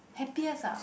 happiest ah